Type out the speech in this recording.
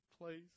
please